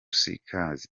seekers